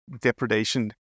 depredation